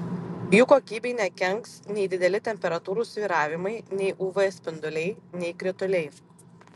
jų kokybei nekenks nei dideli temperatūrų svyravimai nei uv spinduliai nei krituliai